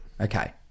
Okay